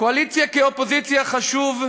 קואליציה כאופוזיציה, חשובה